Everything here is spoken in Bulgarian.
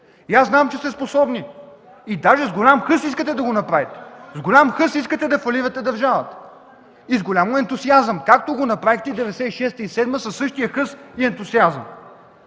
Аз знам, че сте способни и дори с голям хъс искате да го направите – с голям хъс искате да фалирате държавата, с голям ентусиазъм, както го направихте през 1996-1997 г., със същия хъс и ентусиазъм.